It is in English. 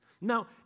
Now